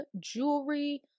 jewelry